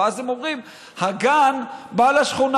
ואז הם אומרים: "הגן בא לשכונה".